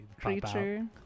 creature